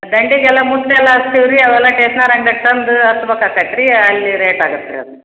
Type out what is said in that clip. ದಂಡಿಗೆಲ್ಲಾ ಮುಟ್ಟೆಲ್ಲ ಹಚ್ತೀವಿ ರೀ ಅವೆಲ್ಲ ಸ್ಟೇಷನರಿ ಅಂಗಡ್ಯಾಗೆ ತಂದು ಹಚ್ಬೇಕು ಅಕತ್ತೆ ರೀ ಅಲ್ಲಿ ರೇಟ್ ಆಗತ್ರಿ ಅದು